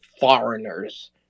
foreigners